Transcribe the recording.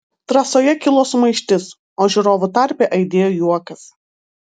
trasoje kilo sumaištis o žiūrovų tarpe aidėjo juokas